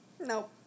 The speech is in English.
Nope